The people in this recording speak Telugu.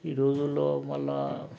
ఈ రోజుల్లో మళ్ళీ